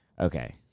okay